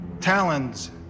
Talon's